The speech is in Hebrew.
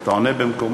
אתה עונה במקומו?